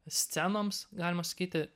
scenoms galima sakyti